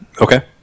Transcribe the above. Okay